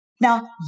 Now